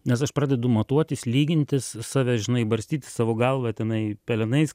nes aš pradedu matuotis lygintis save žinai barstyti savo galvą tenai pelenais